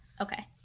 Okay